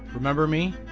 remember me?